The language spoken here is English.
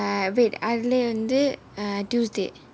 uh wait அதிலே வந்து:athilae vanthu uh tuesday